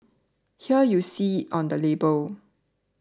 here you see on the label